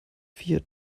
vier